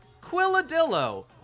Quilladillo